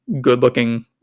good-looking